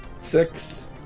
Six